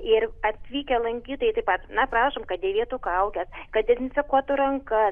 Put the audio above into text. ir atvykę lankytojai taip pat na prašom kad dėvėtų kaukes kad dezinfekuotų rankas